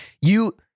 You-